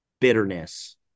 bitterness